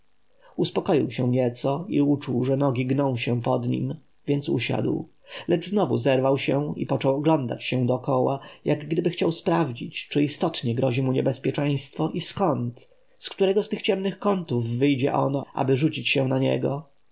uspokoił się nieco i uczuł że nogi gną się pod nim więc usiadł lecz znowu zerwał się i począł oglądać się dokoła jakgdyby chciał sprawdzić czy istotnie grozi mu niebezpieczeństwo i skąd z którego z tych ciemnych kątów wyjdzie ono aby rzucić się na niego